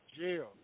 Jail